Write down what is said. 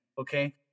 okay